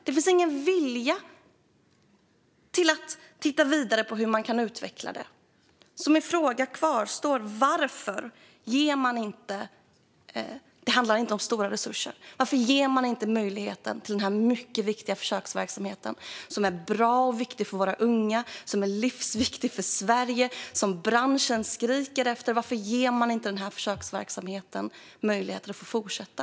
Det finns ingen vilja att titta vidare på hur man kan utveckla den. Min fråga kvarstår alltså: Det handlar inte om stora resurser, så varför ger man inte möjligheten till den här mycket viktiga försöksverksamheten? Den är bra och viktig för våra unga, och den är livsviktig för Sverige. Branschen skriker efter den. Varför ger man inte försöksverksamheten möjlighet att fortsätta?